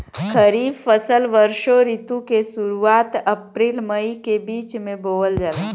खरीफ फसल वषोॅ ऋतु के शुरुआत, अपृल मई के बीच में बोवल जाला